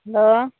hello